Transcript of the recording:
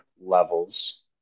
levels